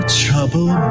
trouble